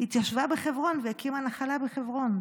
התיישבה בחברון והקימה נחלה בחברון,